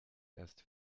erst